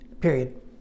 period